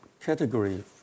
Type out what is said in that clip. category